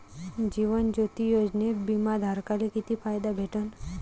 जीवन ज्योती योजनेत बिमा धारकाले किती फायदा भेटन?